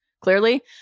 clearly